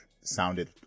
sounded